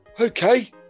Okay